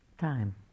time